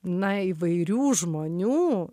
na įvairių žmonių